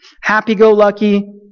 happy-go-lucky